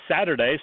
Saturday